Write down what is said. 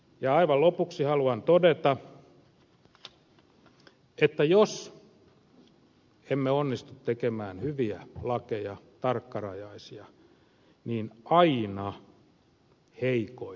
aivan lopuksi haluan todeta että jos emme onnistu tekemään hyviä lakeja tarkkarajaisia niin aina heikoin häviää